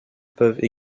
peuvent